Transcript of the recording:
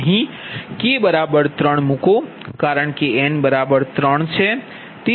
અહી k 3 મૂકો કારણ કે n 3 છે